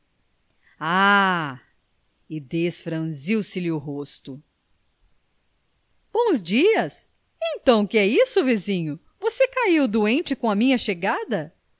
ah e desfranziu se lhe o rosto bons dias então que é isso vizinho você caiu doente com a minha chegada